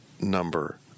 number